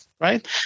right